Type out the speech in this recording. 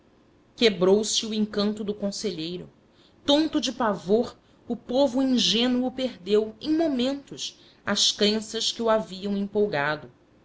quebrou-se o encanto do conselheiro tonto de pavor o povo ingênuo perdeu em momentos as crenças que o haviam empolgado